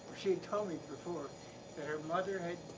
she had told me before that her mother had